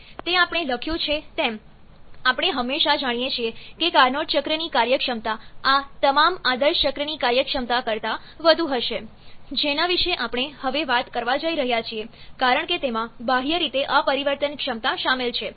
તે આપણે લખ્યું છે તેમ આપણે હંમેશા જાણીએ છીએ કે કાર્નોટ ચક્રની કાર્યક્ષમતા આ તમામ આદર્શ ચક્રની કાર્યક્ષમતા કરતાં વધુ હશે જેના વિશે આપણે હવે વાત કરવા જઈ રહ્યા છીએ કારણ કે તેમાં બાહ્ય રીતે અપરિવર્તનક્ષમતા શામેલ છે